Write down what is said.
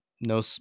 no